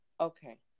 okay